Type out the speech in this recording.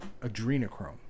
adrenochrome